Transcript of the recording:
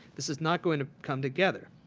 this is not going to come together.